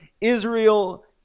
Israel